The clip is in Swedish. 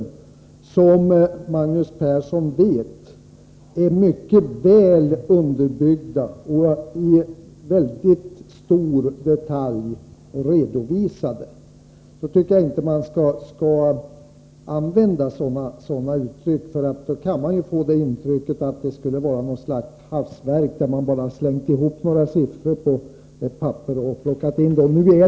De är, som Magnus Persson vet, mycket väl underbyggda och så gott som i detalj redovisade. Då skall man inte använda sådana uttryck, för då kan man få intrycket att det skulle vara något slags hafsverk, där man bara har slängt ihop några siffror på ett papper och plockat in dem.